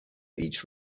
each